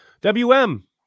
WM